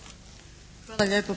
hvala vam